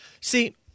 See